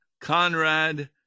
Conrad